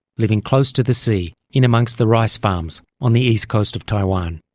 living close to the sea in amongst the rice farms on the east coast of taiwan.